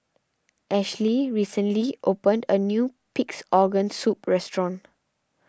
Ashlie recently opened a new Pig's Organ Soup restaurant